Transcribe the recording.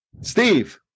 Steve